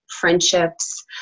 friendships